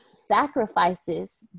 sacrifices